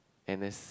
and this